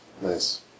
Nice